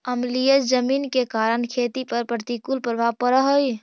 अम्लीय जमीन के कारण खेती पर प्रतिकूल प्रभाव पड़ऽ हइ